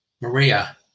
Maria